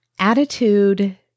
attitude